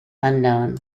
unknown